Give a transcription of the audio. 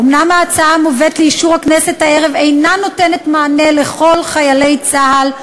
אומנם ההצעה המובאת לאישור הכנסת הערב אינה נותנת מענה לכל חיילי צה"ל,